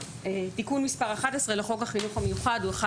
תיקון מס' 11 לחוק החינוך המיוחד הוא אחד